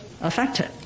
affected